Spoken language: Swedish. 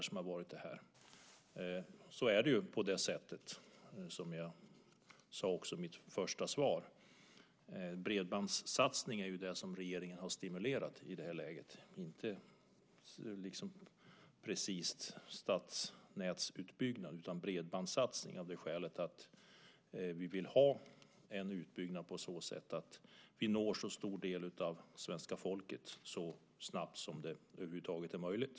Som jag sade i mitt svar, är bredbandssatsning det som regeringen har stimulerat i det här läget, inte stadsnätsutbyggnad, av det skälet att vi vill ha en utbyggnad som gör att vi når en så stor del som möjligt av svenska folket så snabbt som det över huvud taget är möjligt.